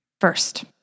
First